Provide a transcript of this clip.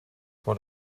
what